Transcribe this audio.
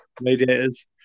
Mediators